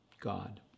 God